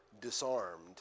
disarmed